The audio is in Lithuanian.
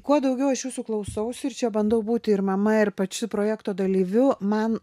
kuo daugiau aš jūsų klausausi ir čia bandau būti ir mama ir pačiu projekto dalyviu man